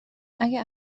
اگه